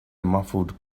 muffled